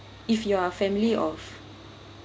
if you are a family of